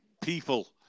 people